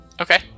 Okay